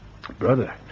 Brother